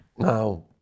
Now